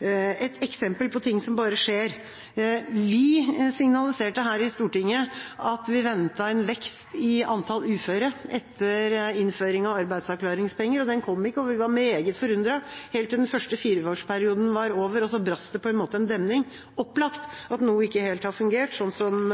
Et eksempel på ting som bare skjer, er at vi signaliserte her i Stortinget at vi ventet en vekst i antall uføre etter innføring av arbeidsavklaringspenger. Den kom ikke, og vi var meget forundret – helt til den første fireårsperioden var over, og det brast en demning. Det er opplagt at noe ikke helt har fungert sånn som